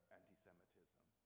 anti-Semitism